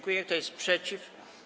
Kto jest przeciw?